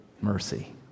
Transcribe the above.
Mercy